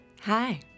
Hi